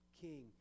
king